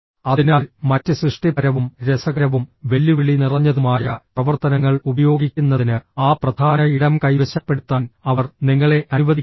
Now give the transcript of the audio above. അതിനാൽ മറ്റ് സൃഷ്ടിപരവും രസകരവും വെല്ലുവിളി നിറഞ്ഞതുമായ പ്രവർത്തനങ്ങൾ ഉപയോഗിക്കുന്നതിന് ആ പ്രധാന ഇടം കൈവശപ്പെടുത്താൻ അവർ നിങ്ങളെ അനുവദിക്കില്ല